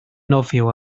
nofio